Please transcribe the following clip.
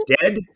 dead